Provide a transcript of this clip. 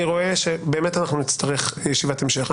אני רואה שנצטרך ישיבת המשך.